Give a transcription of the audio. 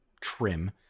trim